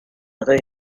rue